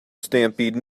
stampede